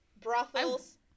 brothels